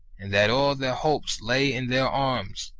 and that all their hopes lay in their arms.